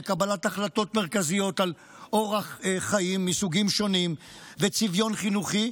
קבלת החלטות מרכזיות על אורח חיים מסוגים שונים וצביון חינוכי.